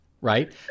right